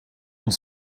und